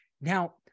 Now